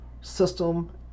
system